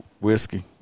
Whiskey